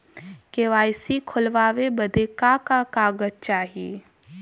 KYC खोलवावे बदे का का कागज चाही?